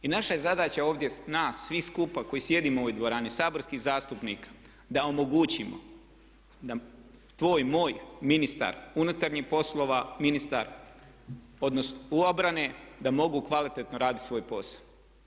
I naša je zadaća ovdje nas svih skupa koji sjedimo u ovoj dvorani, saborskih zastupnika da omogućimo da "tvoj", "moj" ministar unutarnjih poslova, ministar obrane da mogu kvalitetno raditi svoj posao.